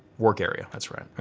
work area, that's right.